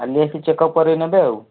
କାଲି ଆସି ଚେକ୍ଅପ୍ କରେଇ ନେବେ ଆଉ